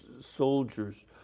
soldiers